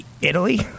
Italy